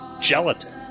gelatin